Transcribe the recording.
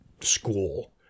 school